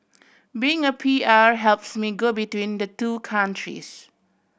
being a P R helps me go between the two countries